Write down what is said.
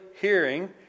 hearing